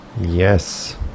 Yes